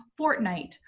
Fortnite